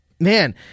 man